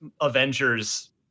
avengers